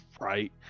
right